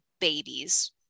babies